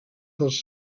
dels